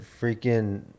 freaking